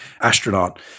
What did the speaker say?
astronaut